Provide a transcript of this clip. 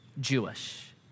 Jewish